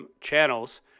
channels